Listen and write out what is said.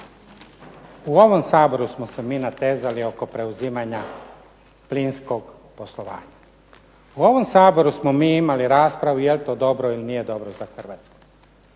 U ovom Saboru smo se mi natezali oko preuzimanja plinskog poslovanja. U ovom Saboru smo mi imali raspravu jel' to dobro ili nije dobro za Hrvatsku.